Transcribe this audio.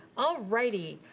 alrighty.